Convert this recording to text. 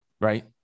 right